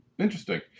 interesting